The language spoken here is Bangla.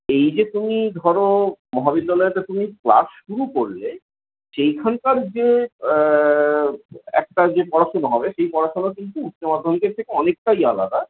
এই যে তুমি ধর মহাবিদ্যালয়তে তুমি ক্লাস শুরু করলে সেইখানকার যে একটা যে পড়াশুনো হবে সেই পড়াশুনো কিন্তু উচ্চমাধ্যমিকের থেকে অনেকটাই আলাদা